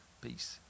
peace